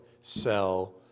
sell